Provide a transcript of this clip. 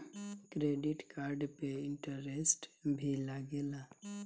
Credit card पे interest भी लागेला?